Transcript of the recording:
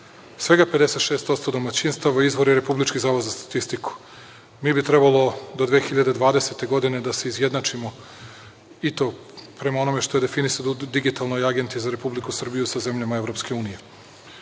svega 56% domaćinstava, izvor je Republički zavod za statistiku. Mi bi trebalo do 2020. godine da se izjednačimo i to prema onome što je definisano u digitalnoj agenti za Republiku Srbiju sa zemljama